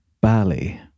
Bali